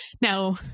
Now